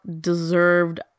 deserved